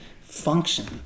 function